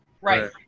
Right